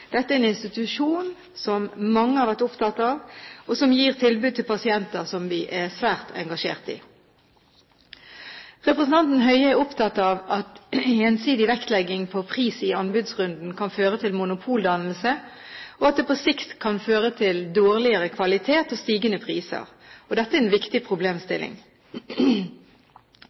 Dette er en institusjon som mange har vært opptatt av, og som gir tilbud til pasienter som vi er svært engasjert i. Representanten Høie er opptatt av at ensidig vektlegging på pris i anbudsrunden kan føre til monopoldannelse, og at det på sikt kan føre til dårligere kvalitet og stigende priser. Dette er en viktig problemstilling.